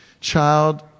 child